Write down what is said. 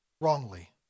wrongly